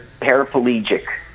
paraplegic